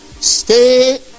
Stay